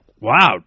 wow